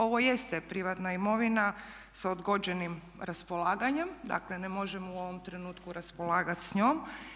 Ovo jeste privatna imovina s odgođenim raspolaganjem, dakle ne možemo u ovom trenutku raspolagati s njom.